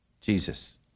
Jesus